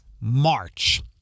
March